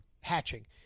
hatching